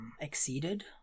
exceeded